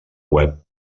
web